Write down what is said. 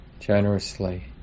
generously